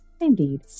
indeed